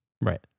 Right